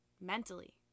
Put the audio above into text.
mentally